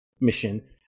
mission